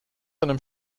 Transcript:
einem